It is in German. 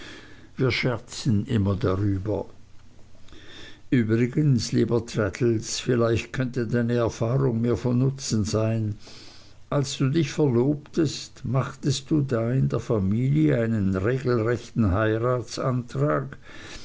wir scherzen immer darüber übrigens lieber traddles vielleicht könnte deine erfahrung mir von nutzen sein als du dich verlobtest machtest du da in der familie einen regelrechten heiratsantrag